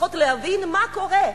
לפחות להבין מה קורה,